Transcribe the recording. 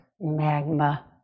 magma